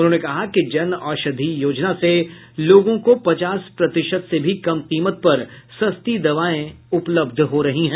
उन्होंने कहा कि जन औषधी योजना से लोगों को पचास प्रतिशत से भी कम कीमत पर सस्ती दवाएं उपलब्ध हो रही है